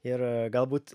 ir galbūt